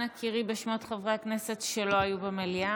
אנא קראי בשמות חברי הכנסת שלא היו במליאה